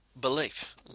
belief